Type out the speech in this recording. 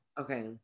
Okay